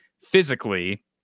physically